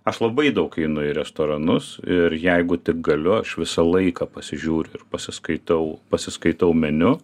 aš labai daug einu į restoranus ir jeigu tik galiu aš visą laiką pasižiūriu ir pasiskaitau pasiskaitau meniu